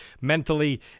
mentally